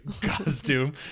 costume